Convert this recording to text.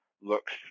looks